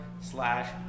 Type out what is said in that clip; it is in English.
slash